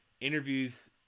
interviews